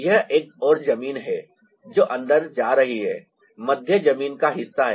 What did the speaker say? यह एक और जमीन है जो अंदर जा रही है मध्य जमीन का हिस्सा है